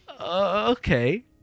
okay